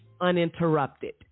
Uninterrupted